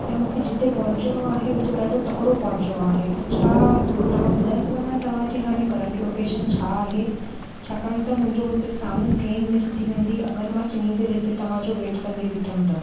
ऐं मूंखे जिते पहुचिणो आहे उते ॾाढो तकिड़ो पहुचिणो आहे त छा तव्हां ॿुधाए सघंदा तव्हांजी हाणे करंट लोकेशन छा आहे छाकाणि त मुंहिंजो हुते साम्हूं ट्रेन मिस थी वेंदी अगरि मां चङी देरि हिते तवांजो वेट कंदी बीठमि त